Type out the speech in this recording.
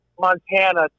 Montana